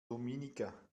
dominica